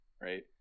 right